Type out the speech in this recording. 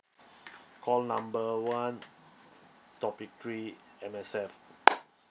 call number one topic three M_S_F